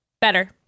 better